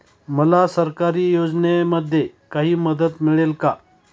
मला सरकारी योजनेमध्ये काही मदत मिळेल का?